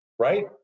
Right